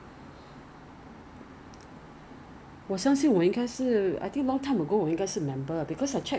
then was still member card then 你就可以拿到一个 birthday the gift !wah! the birthday gift is so good eh there are a few sheet of mask and uh